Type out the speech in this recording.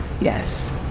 Yes